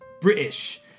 British